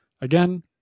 again